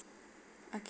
okay